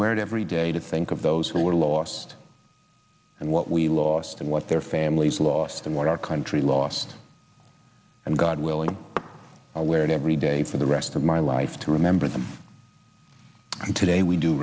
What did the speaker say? wear it every day to think of those who were lost and what we lost and what their families lost and what our country lost and god willing i'll wear it every day for the rest of my life to remember them today we do